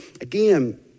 again